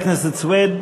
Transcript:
חבר הכנסת סוייד,